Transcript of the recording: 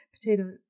potato